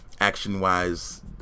Action-wise